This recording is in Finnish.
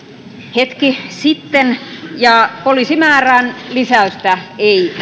hetki sitten ja poliisimäärän lisäystä ei